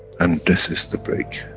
and this is the break,